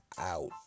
out